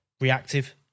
reactive